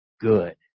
good